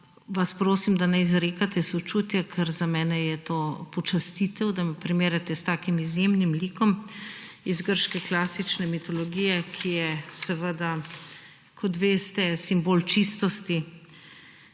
vas prosim, da ne izrekate sočutja, ker za mene je to počastitev, da me primerjate s takim izjemnim likom iz grške klasične mitologije, ki je seveda, kot veste, simbol čistosti